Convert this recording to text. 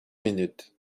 minutes